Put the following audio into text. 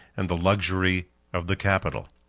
and the luxury of the capital.